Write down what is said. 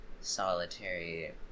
solitary